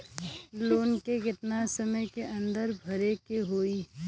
Loan के कितना समय के अंदर भरे के होई?